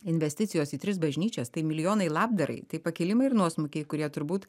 investicijos į tris bažnyčias tai milijonai labdarai tai pakilimai ir nuosmukiai kurie turbūt